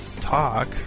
talk